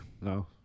no